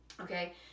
okay